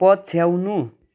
पछ्याउनु